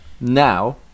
Now